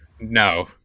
No